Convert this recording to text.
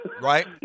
right